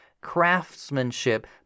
craftsmanship